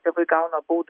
tėvai gauna baudą